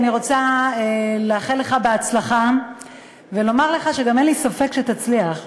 אני רוצה לאחל לך הצלחה ולומר לך שגם אין לי ספק שתצליח.